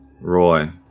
Roy